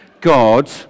God